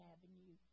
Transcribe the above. Avenue